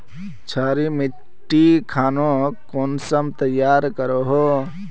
क्षारी मिट्टी खानोक कुंसम तैयार करोहो?